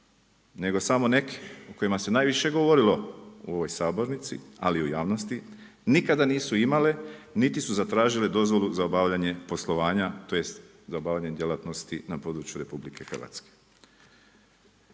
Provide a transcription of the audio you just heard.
nego samo neke, o kojima se najviše govorilo u ovoj sabornici ali i u javnosti, nikada nisu imale niti su zatražile dozvolu da obavljanje poslovanja tj. za obavljanje djelatnosti na području RH.